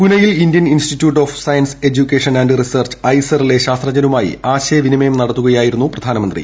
പൂനെയിൽ Indian institute of science education and research ഐസറിലെ ശാസ്ത്രജ്ഞരുമായി ആശയവിനിമയം നടത്തുകയായിരുന്നു പ്രധാനമന്ത്രി